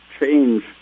change